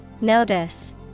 Notice